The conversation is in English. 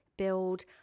Build